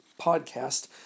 podcast